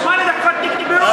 אבל שמונה דקות נגמרו,